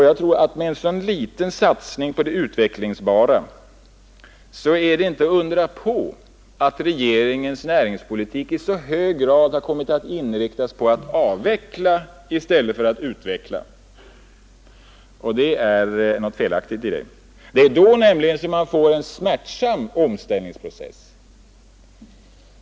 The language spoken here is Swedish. Jag anser att det med en så liten satsning på det utvecklingsbara inte är att undra på att regeringens näringspolitik i så hög grad har kommit att inrikta sig på att avveckla i stället för att utveckla. Det är något felaktigt i detta. Det är nämligen då man får en smärtsam omställningsprocess.